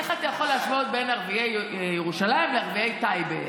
איך אתה יכול להשוות בין ערביי ירושלים לערביי טייבה?